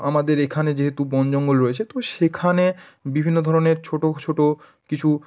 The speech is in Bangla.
আমাদের এইখানে যেহেতু বনজঙ্গল রয়েছে তো সেখানে বিভিন্ন ধরনের ছোটো ছোটো কিছু